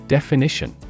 Definition